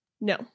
No